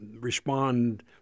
respond